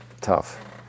tough